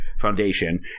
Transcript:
foundation